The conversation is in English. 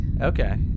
okay